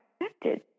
expected